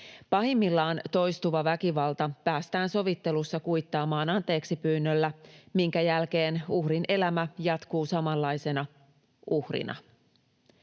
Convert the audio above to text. Pahimmillaan toistuva väkivalta päästään sovittelussa kuittaamaan anteeksipyynnöllä, minkä jälkeen uhrin elämä jatkuu samanlaisena, uhrina.